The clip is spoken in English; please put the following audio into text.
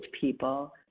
people